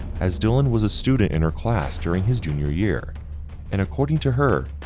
as dylan was a student in her class during his junior year and according to her,